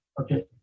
Okay